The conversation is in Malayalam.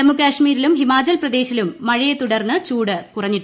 ജമ്മു കശ്മീരിലും ഹിമാചൽപ്രദേശിലും മഴയെതുടർന്ന് ചൂട് കുറഞ്ഞു